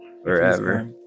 forever